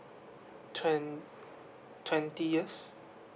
twen~ twenty years